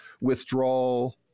withdrawal